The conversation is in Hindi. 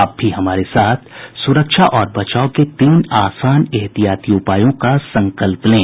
आप भी हमारे साथ सुरक्षा और बचाव के तीन आसान एहतियाती उपायों का संकल्प लें